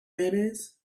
mayonnaise